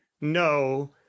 no